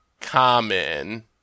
common